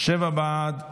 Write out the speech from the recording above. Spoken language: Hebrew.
שבעה בעד,